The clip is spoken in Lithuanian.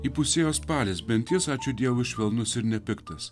įpusėjo spalis bent jis ačiū dievui švelnus ir nepiktas